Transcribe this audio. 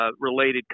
related